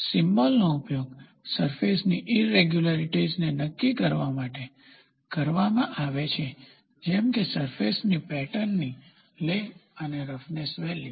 સિમ્બોલનો ઉપયોગ સરફેસની ઈરેગ્યુલારીટીઝને નક્કી કરવા માટે કરવામાં આવે છે જેમ કે સરફેસની પેટર્નની લે અને રફનેસ વેલ્યુ